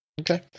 Okay